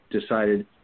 decided